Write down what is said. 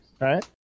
Right